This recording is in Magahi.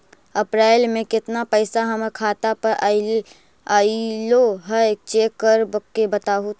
अप्रैल में केतना पैसा हमर खाता पर अएलो है चेक कर के बताहू तो?